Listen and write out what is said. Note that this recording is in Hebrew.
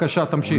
בבקשה תמשיך.